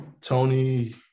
Tony